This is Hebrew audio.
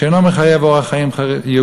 שאינו מחייב אורח חיים יהודי.